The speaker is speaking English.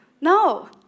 No